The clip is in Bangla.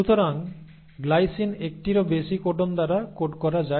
সুতরাং গ্লাইসিন 1 টিরও বেশি কোডন দ্বারা কোড করা যায়